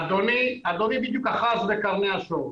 אדוני בדיוק אחז בקרני השור.